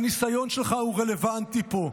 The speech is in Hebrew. הניסיון שלך הוא רלוונטי פה.